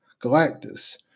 Galactus